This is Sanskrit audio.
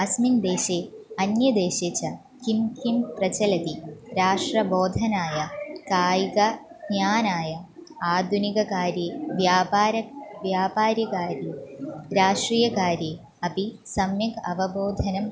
अस्मिन् देशे अन्यदेशे च किं किं प्रचलति राष्ट्रबोधनाय कायिकज्ञानाय आधुनिककार्ये व्यापारः व्यापारकार्ये राष्ट्रीयकार्ये अपि सम्यक् अवबोधनम्